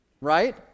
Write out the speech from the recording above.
right